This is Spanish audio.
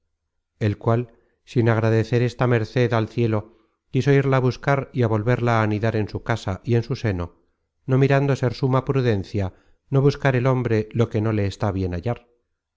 el cual sin agradecer esta merced al cielo quiso irla á buscar y á volverla á anidar en su casa y en su seno no mirando ser suma prudencia no buscar el hombre lo que no le está bien hallar